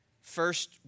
first